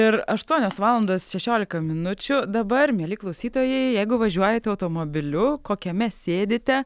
ir aštuonios valandos šešiolika minučių dabar mieli klausytojai jeigu važiuojate automobiliu kokiame sėdite